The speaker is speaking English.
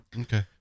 Okay